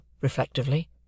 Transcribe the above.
reflectively